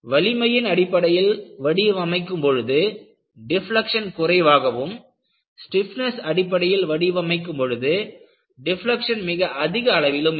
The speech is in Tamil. வலிமையின் அடிப்படையில் வடிவமைக்கும் பொழுது டிப்லக்க்ஷன் குறைவாகவும் ஸ்டிப்னஸ் அடிப்படையில் வடிவமைக்கும் பொழுது டிப்லக்க்ஷன் மிக அதிக அளவிலும் இருக்கும்